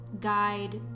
guide